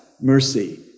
mercy